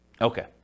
Okay